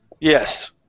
Yes